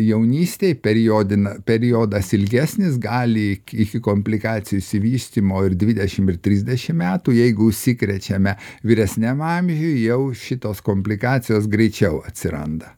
jaunystėj periodina periodas ilgesnis gali iki komplikacijų išsivystymo ir dvidešimt ir trisdešimt metų jeigu užsikrečiame vyresniam amžiuj jau šitos komplikacijos greičiau atsiranda